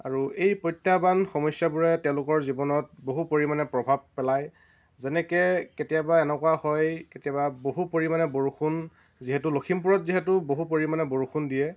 আৰু এই প্ৰত্যাহ্বান সমস্যাবোৰে তেওঁলোকৰ জীৱনত বহু পৰিমাণে প্ৰভাৱ পেলাই যেনেকে কেতিয়াবা এনেকুৱা হয় কেতিয়াবা বহু পৰিমাণে বৰষুণ যিহেতু লখিমপুৰত যিহেতু বহু পৰিমাণে বৰষুণ দিয়ে